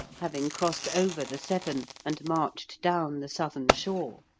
having crossed over the severn, and marched down the southern shore.